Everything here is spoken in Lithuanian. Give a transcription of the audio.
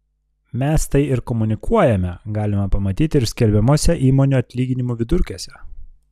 mes tai ir komunikuojame galima pamatyti ir skelbiamuose įmonių atlyginimų vidurkiuose